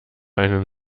einen